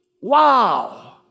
Wow